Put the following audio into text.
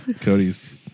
Cody's